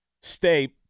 stay